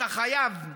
אתה חייב,